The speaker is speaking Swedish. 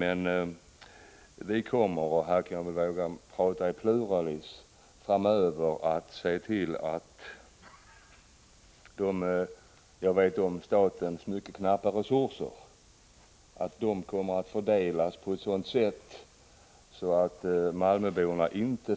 Men vi — och jag vågar använda pluralform — kommer framöver att se till att statens resurser, vilka som vi vet är mycket knappa, fördelas på ett sådant sätt att malmöborna inte